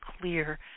clear